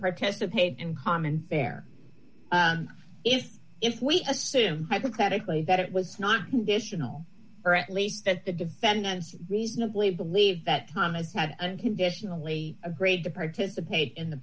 participate in common fair if if we assume hypothetically that it was not conditional or at least that the defendant reasonably believed that thomas had conditionally upgrade the participate in the